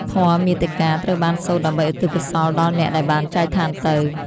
ធម៌មាតិកា ត្រូវបានសូត្រដើម្បីឧទ្ទិសកុសលដល់អ្នកដែលបានចែកឋានទៅ។